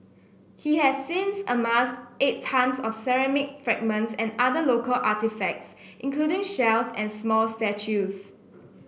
he has since amassed eight tonnes of ceramic fragments and other local artefacts including shells and small statues